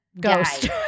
Ghost